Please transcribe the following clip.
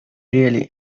really